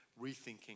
rethinking